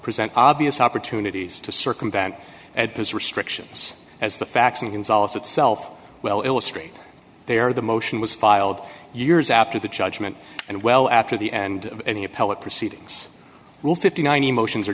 present obvious opportunities to circumvent at those restrictions as the facts and solves itself well illustrate they are the motion was filed years after the judgment and well after the end of any appellate proceedings will fifty nine emotions are